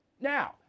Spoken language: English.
Now